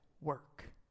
work